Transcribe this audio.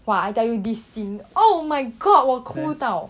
!wah! I tell you this scene oh my god 我哭到